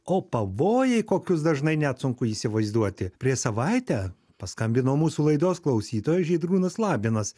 o pavojai kokius dažnai net sunku įsivaizduoti prieš savaitę paskambino mūsų laidos klausytojas žydrūnas labinas